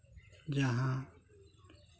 ᱡᱟᱦᱟᱸ